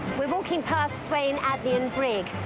we're walking past swaine adeney and brigg.